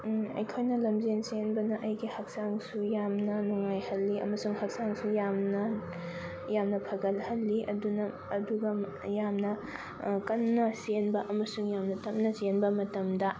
ꯑꯩꯈꯣꯏꯅ ꯂꯝꯖꯦꯟ ꯆꯦꯟꯕꯅ ꯑꯩꯒꯤ ꯍꯛꯆꯥꯡꯁꯨ ꯌꯥꯝꯅ ꯅꯨꯡꯉꯥꯏꯍꯜꯂꯤ ꯑꯃꯁꯨꯡ ꯍꯛꯆꯥꯡꯁꯨ ꯌꯥꯝꯅ ꯌꯥꯝꯅ ꯐꯒꯠꯍꯜꯂꯤ ꯑꯗꯨꯅ ꯑꯗꯨꯒ ꯌꯥꯝꯅ ꯀꯟꯅ ꯆꯦꯟꯕ ꯑꯃꯁꯨꯡ ꯌꯥꯝꯅ ꯇꯞꯅ ꯆꯦꯟꯕ ꯃꯇꯝꯗ